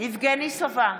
יבגני סובה,